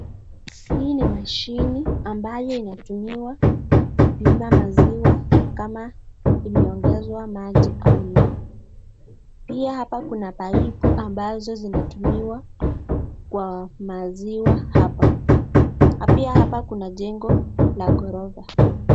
Hii ni mashine ambayo inatumiwa kupima maziwa kama imeongezwa maji au la. Pia hapa kuna paipu ambazo zinatumiwa kwa maziwa hapa. Na pia hapa kuna jengo la ghorofa.